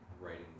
writing